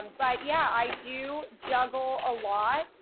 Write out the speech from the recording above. um but yeah, i do juggle a lot.